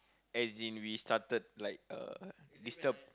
as in we started like uh disturb